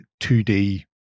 2D